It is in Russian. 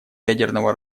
ядерного